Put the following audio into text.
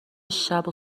شبو